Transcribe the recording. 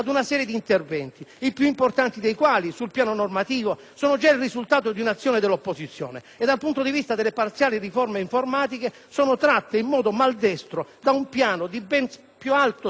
il risultato di un'azione dell'opposizione, e, dal punto di vista delle parziali riforme informatiche, esse sono tratte in modo maldestro da un piano di ben più alto spessore e dignità riformatrice, tutto definito dal passato Governo.